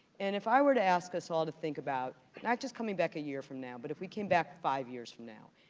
and if i were to ask us all to think about not just coming back a year from now, but if we came back five years from now,